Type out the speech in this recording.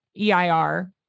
EIR